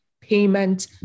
payment